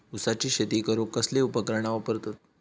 ऊसाची शेती करूक कसली उपकरणा वापरतत?